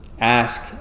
ask